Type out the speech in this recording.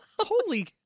holy